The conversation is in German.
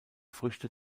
früchte